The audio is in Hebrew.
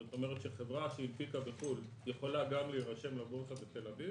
זאת אומרת שחברה שהנפיקה בחו"ל יכולה גם להירשם לבורסה בתל אביב.